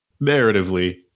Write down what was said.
narratively